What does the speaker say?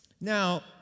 Now